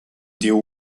deal